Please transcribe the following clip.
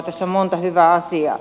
tässä on monta hyvää asiaa